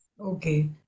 Okay